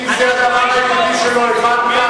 אם זה הדבר העיקרי שלא הבנת,